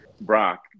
Brock